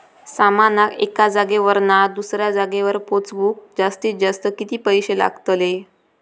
सामानाक एका जागेवरना दुसऱ्या जागेवर पोचवूक जास्तीत जास्त किती पैशे लागतले?